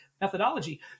methodology